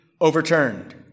overturned